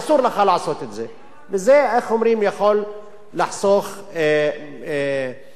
וזה יכול לחסוך את התביעות,